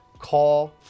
Call